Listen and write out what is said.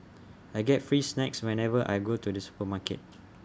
I get free snacks whenever I go to the supermarket